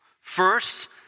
First